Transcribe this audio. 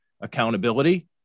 accountability